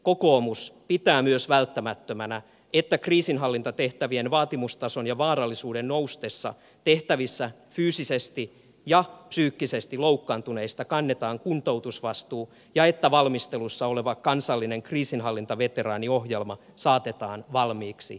kokoomus pitää myös välttämättömänä että kriisinhallintatehtävien vaatimustason ja vaarallisuuden noustessa tehtävissä fyysisesti ja psyykkisesti loukkaantuneista kannetaan kuntoutusvastuu ja että valmistelussa oleva kansallinen kriisinhallintaveteraaniohjelma saatetaan valmiiksi nyt